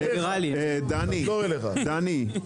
דני, דני.